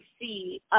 see